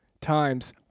times